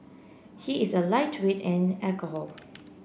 he is a lightweight an alcohol